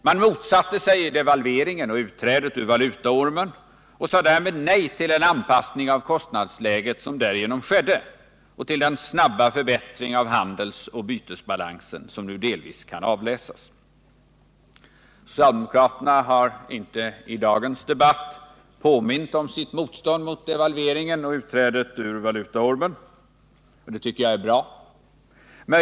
Man motsatte sig devalveringen och utträdet ur valutaormen och sade alltså nej till den anpassning av kostnadsläget som därigenom skedde och till den snabba förbättring av handelsoch bytesbalansen som nu delvis kan avläsas. Socialdemokraterna har inte i dagens debatt påmint om Nr 54 sitt motstånd mot devalveringen och utträdet ur valutaormen, och det tycker Torsdagen den jag är bra.